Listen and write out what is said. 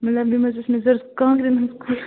مطلب یِم حظ ٲسۍ مےٚ ضروٗرت کانٛگرٮ۪ن ہٕنٛز